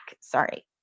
Sorry